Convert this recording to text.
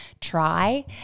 try